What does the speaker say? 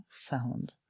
sound